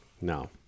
No